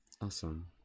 Awesome